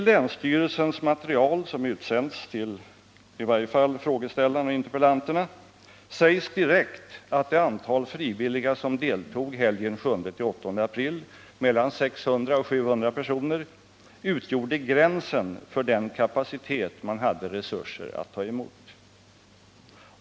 I länsstyrelsens material, som utsänts till i varje fall frågeställarna och interpellanterna, sägs direkt att det antal frivilliga som deltog helgen 7-8 april, 600-700 personer, utgjorde gränsen för den kapacitet man hade resurser att ta emot.